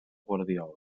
guardiola